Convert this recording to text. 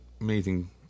amazing